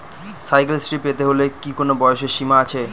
Cycle Shri পেতে হলে কি কোনো বয়সের সীমা আছে?